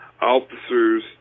officers